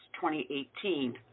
2018